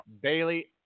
Bailey